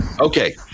Okay